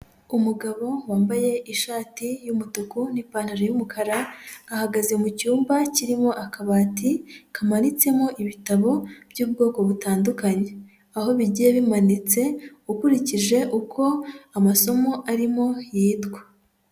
Umugabo wambaye ishati y'umutuku n'ipantaro y'umukara, ahagaze mu cyumba kirimo akabati kamanitsemo ibitabo by'ubwoko butandukanye, aho bigiye bimanitse ukurikije uko amasomo arimo yitwa.